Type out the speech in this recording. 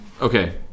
okay